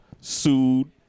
Sued